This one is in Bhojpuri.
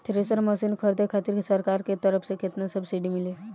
थ्रेसर मशीन खरीदे खातिर सरकार के तरफ से केतना सब्सीडी मिली?